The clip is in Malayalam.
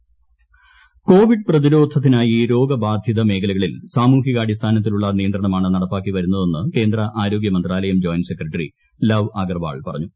കോവിഡ് ആരോഗൃമന്ത്രി കോവിഡ് പ്രതിരോധത്തിനായി രോഗബാധിത മേഖലകളിൽ സാമൂഹ്യാടിസ്ഥാനത്തിലുള്ള നിയന്ത്രണമാണ് നടപ്പാക്കി വരുന്നതെന്ന് കേന്ദ്ര ആരോഗൃമന്ത്രാലയം ജോയിന്റ് സെക്രട്ടറി ലവ് അഗർവാൾ പറഞ്ഞു